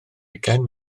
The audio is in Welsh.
ugain